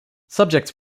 subjects